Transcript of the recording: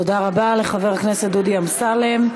תודה רבה לחבר הכנסת דודי אמסלם.